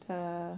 err